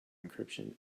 encryption